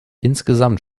insgesamt